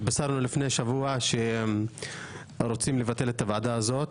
לפני שבוע התבשרנו שרוצים לבטל את הוועדה הזאת,